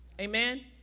amen